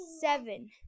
seven